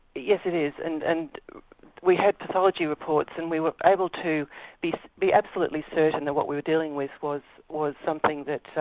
yes it is and and we had pathology reports and we were able to be be absolutely certain that what we were dealing with was was something that